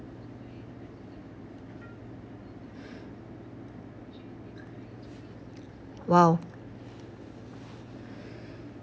!wow!